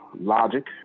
Logic